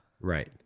Right